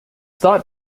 thought